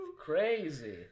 crazy